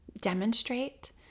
demonstrate